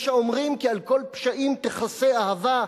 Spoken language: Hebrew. יש האומרים "ועל כל פשעים תכסה אהבה",